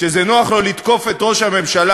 כשזה נוח לו לתקוף את ראש הממשלה,